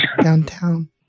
downtown